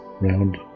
round